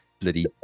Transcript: bloody